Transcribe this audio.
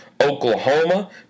Oklahoma